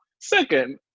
Second